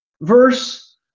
Verse